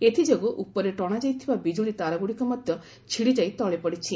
ଏଥିଯୋଗୁଁ ଉପରେ ଟଣାଯାଇଥିବା ବିଜୁଳି ତାରଗୁଡ଼ିକ ମଧ୍ୟ ଛିଡ଼ିଯାଇ ତଳେ ପଡ଼ିଛି